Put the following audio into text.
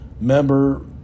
member